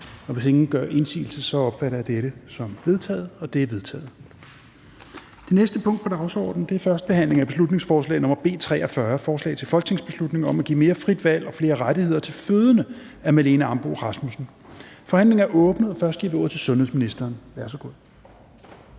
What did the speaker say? Hvis ingen gør indsigelse, opfatter jeg dette som vedtaget. Det er vedtaget. --- Det næste punkt på dagsordenen er: 3) 1. behandling af beslutningsforslag nr. B 43: Forslag til folketingsbeslutning om at give mere frit valg og flere rettigheder til fødende. Af Marlene Ambo-Rasmussen (V) m.fl. (Fremsættelse 17.11.2021). Kl. 11:17 Forhandling Fjerde